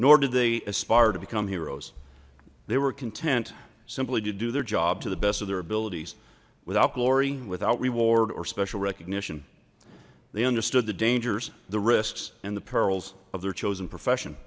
nor did they aspire to become heroes they were content simply to do their job to the best of their abilities without glory without reward or special recognition they understood the dangers the risks and the perils of their chosen profession